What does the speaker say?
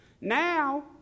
Now